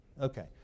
Okay